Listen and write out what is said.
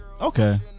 Okay